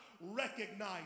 recognize